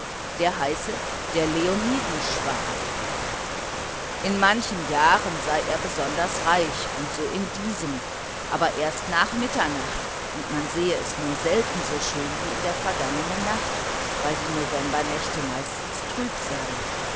der heiße der leonidenschwarm in manchen jahren sei er besonders reich und so in diesem aber erst nach mitternacht und man sehe es nur selten so schön wie in der vergangenen nacht weil die novembernächte meistens trüb seien